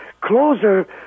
closer